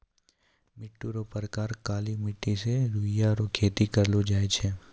मिट्टी रो प्रकार काली मट्टी मे रुइया रो खेती करलो जाय छै